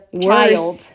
child